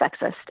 sexist